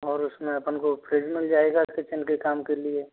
और उसमें अपन को फ्रिज मिल जाएगा किचन के काम के लिए